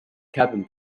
cabin